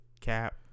Cap